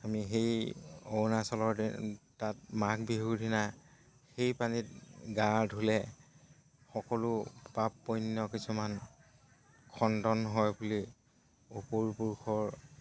আমি সেই অৰুণাচলৰ তাত মাঘ বিহুৰ দিনা সেই পানীত গা ধুলে সকলো পাপ খণ্ডন হয় বুলি উপৰি পুৰুষৰ